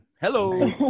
Hello